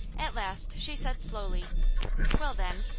at last she said slowly well, then,